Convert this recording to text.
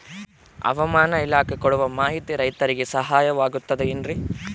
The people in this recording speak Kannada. ಹವಮಾನ ಇಲಾಖೆ ಕೊಡುವ ಮಾಹಿತಿ ರೈತರಿಗೆ ಸಹಾಯವಾಗುತ್ತದೆ ಏನ್ರಿ?